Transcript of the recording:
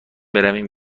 برویم